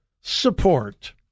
support